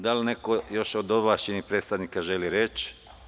Da li neko još od ovlašćenih predstavnika želi reč?